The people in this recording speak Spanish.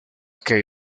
que